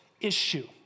issue